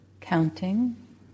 counting